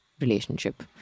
relationship